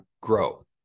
grow